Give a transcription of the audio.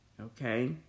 Okay